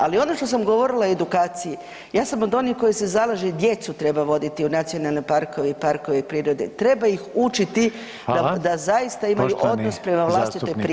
Ali ono što sam govorila o edukaciji ja sam od onih koji se zalaže djecu treba voditi u nacionalne parkove i parkove prirode, treba ih učiti [[Upadica: Hvala.]] da zaista imaju odnos prema vlastitoj prirodi.